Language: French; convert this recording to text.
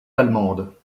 allemande